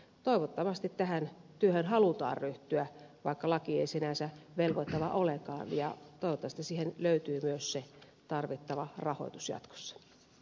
toivottavasti tähän työhön halutaan ryhtyä vaikka laki ei sinänsä velvoittava olekaan ja toivottavasti siihen löytyy myös se tarvittava rahoitus jatkossa